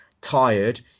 tired